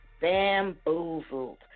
bamboozled